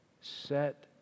set